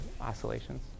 oscillations